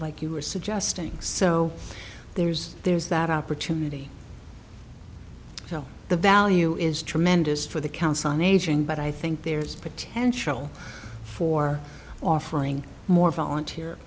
like you were suggesting so there's there's that opportunity well the value is tremendous for the council on aging but i think there's potential for offering more volunteer